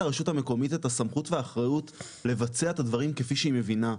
הרשות המקומית את הסמכות והאחריות לבצע את הדברים כפי שהיא מבינה,